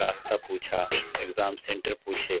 راستہ پوچھا exam centre پوچھے